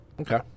Okay